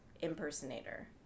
impersonator